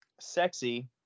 Sexy